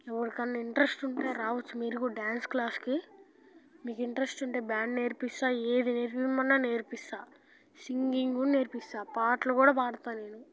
ఎవరికైనా ఇంట్రస్ట్ ఉంటే రావచ్చు మీరు కూడా డ్యాన్స్ క్లాస్కి మీకు ఇంట్రెస్ట్ ఉంటే బ్యాండ్ నేర్పిస్తాను ఏదీ నేర్పించమన్నా నేర్పిస్తాను సింగింగ్ కూడా నేర్పిస్తాను పాటలు కూడా పాడుతాను నేను